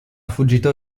fuggito